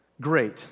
Great